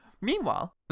Meanwhile